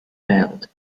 failed